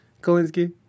Kolinsky